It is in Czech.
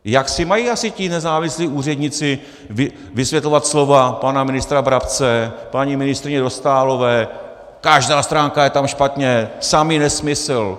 Jak si mají asi ti nezávislí úředníci vysvětlovat slova pana ministra Brabce, paní ministryně Dostálové každá stránka je tam špatně, samý nesmysl.